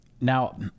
now